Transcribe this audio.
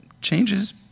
changes